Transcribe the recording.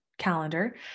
calendar